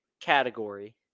category